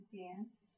dance